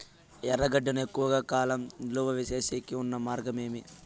ఎర్రగడ్డ ను ఎక్కువగా కాలం నిలువ సేసేకి ఉన్న మార్గం ఏమి?